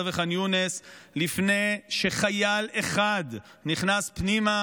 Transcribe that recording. וחאן יונס לפני שחייל אחד נכנס פנימה